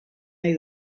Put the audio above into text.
nahi